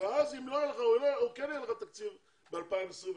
ואז אם לא יהיה לך או כן יהיה לך תקציב ב- 2021,